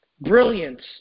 brilliance